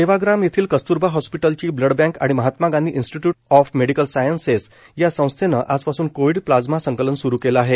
सेवाग्राम येथील कस्त्रबा हॉस्पिटलची blood bank आणि Mahatma Gandhi institute of medical sciences या संस्थेनं आजपासून कोविड प्लाझ्मा संकलन स्रू केलं आहे